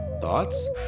Thoughts